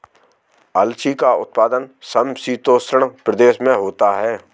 अलसी का उत्पादन समशीतोष्ण प्रदेश में होता है